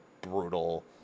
brutal